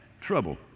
trouble